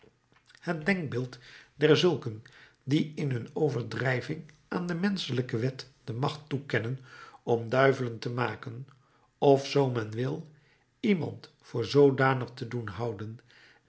het denkbeeld derzulken die in hun overdrijving aan de menschelijke wet de macht toekennen om duivelen te maken of zoo men wil iemand voor zoodanig te doen houden